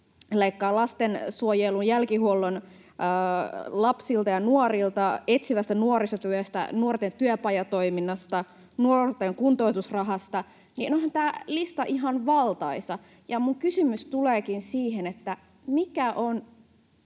lastensuojelun jälkihuollon lapsilta ja nuorilta, etsivästä nuorisotyöstä, nuorten työpajatoiminnasta, nuorten kuntoutusrahasta, niin onhan tämä lista ihan valtaisa. Minun kysymykseni tuleekin siihen, että mikä on